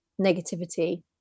negativity